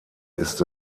ist